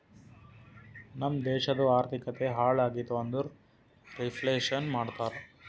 ನಮ್ ದೇಶದು ಆರ್ಥಿಕತೆ ಹಾಳ್ ಆಗಿತು ಅಂದುರ್ ರಿಫ್ಲೇಷನ್ ಮಾಡ್ತಾರ